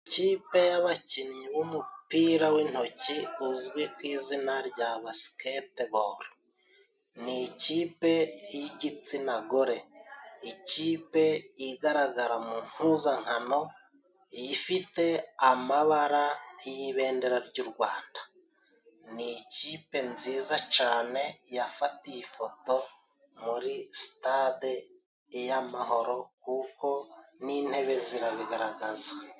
Ikipe y'abakinnyi b'umupira w'intoki uzwi ku izina rya basiketiboro. Ni ikipe y'igitsina gore. Ikipe igaragara mu mpuzankano ifite amabara y'ibendera ry'u Rwanda. Ni ikipe nziza cane yafatiye ifoto muri sitade y'Amahoro kuko n'intebe zirabigaragaza.